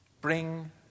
Bring